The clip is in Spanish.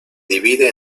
divide